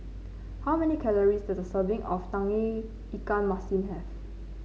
how many calories does a serving of Tauge Ikan Masin have